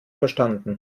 verstanden